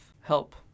help